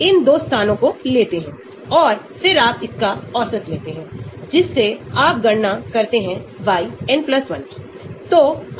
तो हमारे पास रेजोनेंस प्रभाव हो रहा है क्योंकि आप देख सकते हैं कि डबल बांड कैसे स्थानांतरित हो जाता है स्थानांतरित हो जाता है स्थानांतरित हो जाता है